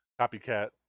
copycat